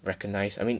recognize I mean